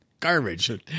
garbage